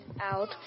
out